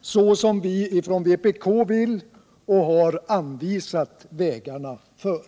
såsom vi från vpk vill och har anvisat vägarna för?